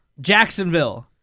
Jacksonville